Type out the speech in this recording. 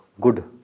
good